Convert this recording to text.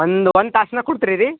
ಒಂದು ಒಂದು ತಾಸ್ನ್ಯಾಗ ಕೊಡ್ತೆರೆರೀ